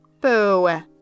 Boo